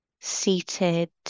seated